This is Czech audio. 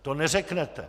To neřeknete.